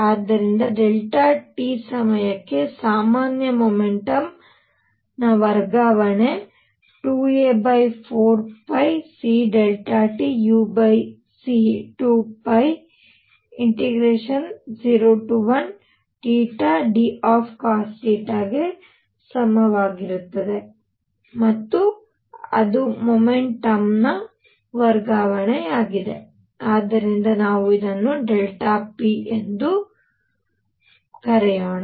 ಆದ್ದರಿಂದ t ಸಮಯಕ್ಕೆ ಸಾಮಾನ್ಯ ಮೊಮೆಂಟಮ್ ವರ್ಗಾವಣೆ 2a4πctuc2π01θdcosθ ಗೆ ಸಮನಾಗಿರುತ್ತದೆ ಮತ್ತು ಅದು ಮೊಮೆಂಟಮ್ನ ವರ್ಗಾವಣೆಯಾಗಿದೆ ಆದ್ದರಿಂದ ನಾವು ಇದನ್ನು p ಎಂದು ಕರೆಯೋಣ